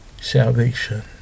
salvation